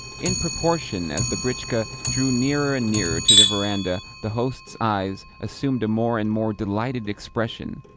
in proportion as the britchka drew nearer and nearer to the verandah, the host's eyes assumed a more and more delighted expression,